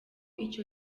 icyo